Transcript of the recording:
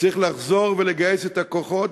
צריך לחזור ולגייס את הכוחות.